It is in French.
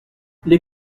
les